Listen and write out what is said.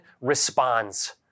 responds